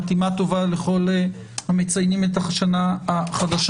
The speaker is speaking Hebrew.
חתימה טובה לכל המציינים את השנה החדשה.